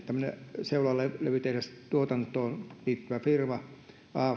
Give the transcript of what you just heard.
tämmöinen seulalevyjen tehdastuotantoon liittyvä firma aft